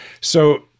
So-